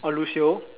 or Lucio